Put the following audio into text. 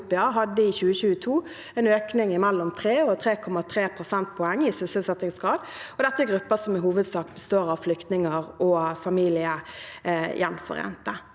hadde i 2022 en økning på 3–3,3 prosentpoeng i sysselsettingsgrad. Dette er grupper som i hovedsak består av flyktninger og familiegjenforente.